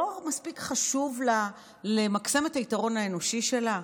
לא מספיק חשוב לה למקסם את היתרון האנושי שלה?